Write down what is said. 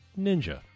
Ninja